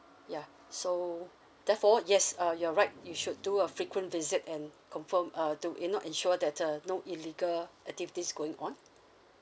ya so therefore yes uh you're right you should do a frequent visit and confirm uh do you know ensure that uh no illegal activities going on